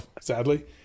sadly